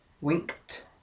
winked